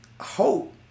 hope